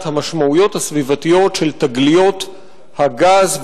המשמעויות הסביבתיות של תגליות הגז,